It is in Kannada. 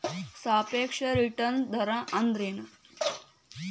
ಸಾಪೇಕ್ಷ ರಿಟರ್ನ್ ದರ ಅಂದ್ರೆನ್